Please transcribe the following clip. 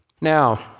Now